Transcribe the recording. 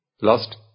lost